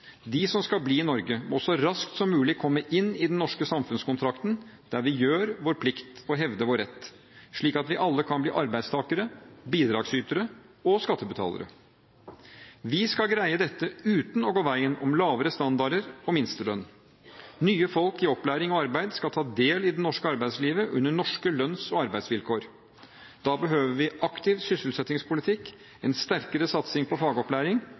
De som skal bli i Norge, må så raskt som mulig komme inn i den norske samfunnskontrakten der vi gjør vår plikt og hevder vår rett, slik at vi alle kan bli arbeidstakere, bidragsytere og skattebetalere. Vi skal greie dette uten å gå veien om lavere standarder og minstelønn. Nye folk i opplæring og arbeid skal ta del i det norske arbeidslivet under norske lønns- og arbeidsvilkår. Da behøver vi aktiv sysselsettingspolitikk, en sterkere satsing på fagopplæring